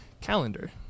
calendar